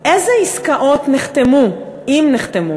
איזה עסקאות נחתמו אם נחתמו,